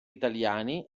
italiani